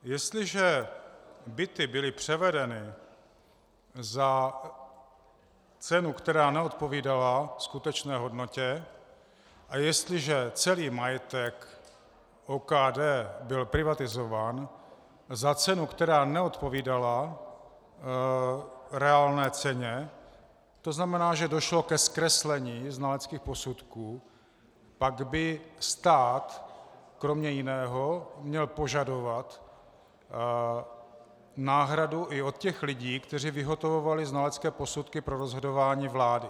Jestliže byty byly převedeny za cenu, která neodpovídala skutečné hodnotě, a jestliže celý majetek OKD byl privatizován za cenu, která neodpovídala reálné ceně, to znamená, že došlo ke zkreslení znaleckých posudků, pak by stát kromě jiného měl požadovat náhradu i od těch lidí, kteří vyhotovovali znalecké posudky pro rozhodování vlády.